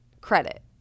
credit